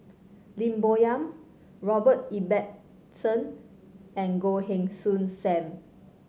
Lim Bo Yam Robert Ibbetson and Goh Heng Soon Sam